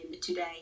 today